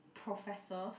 professors